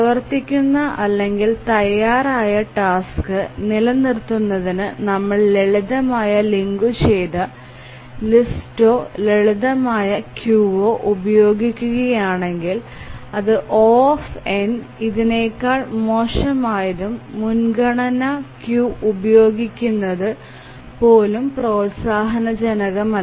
പ്രവർത്തിക്കുന്ന അല്ലെങ്കിൽ തയ്യാറായ ടാസ്ക് നിലനിർത്തുന്നതിന് നമ്മൾ സിമ്പിൾ ലിങ്ക് ലിസ്റ്റോ സിമ്പിൾ ക്യൂവോ ഉപയോഗിക്കുകയാണെങ്കിൽ അത് O ഇതിനെക്കാൾ മോശമായതും മുൻഗണനാ ക്യൂ ഉപയോഗിക്കുന്നത് പോലും പ്രോത്സാഹജനകമല്ല